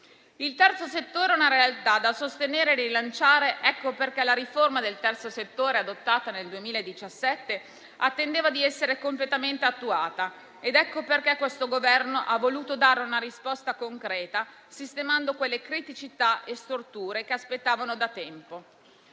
Il terzo settore è una realtà da sostenere e rilanciare. Ecco perché la riforma adottata nel 2017 attendeva di essere completamente attuata. Ed ecco perché questo Governo ha voluto dare una risposta concreta, sistemando quelle criticità e storture che aspettavano da tempo.